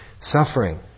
Suffering